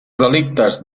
delictes